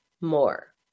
more